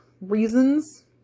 reasons